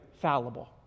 fallible